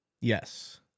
Yes